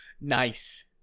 nice